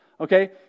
okay